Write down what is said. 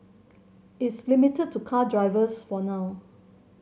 it's limited to car drivers for now